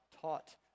taught